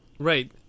Right